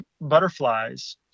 butterflies